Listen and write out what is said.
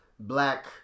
Black